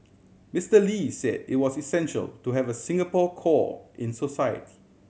Mister Lee say it was essential to have a Singapore core in society